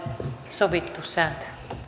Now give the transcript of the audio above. sovittu sääntö